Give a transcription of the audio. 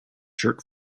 jerk